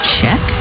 Check